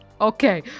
Okay